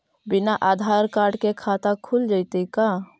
बिना आधार कार्ड के खाता खुल जइतै का?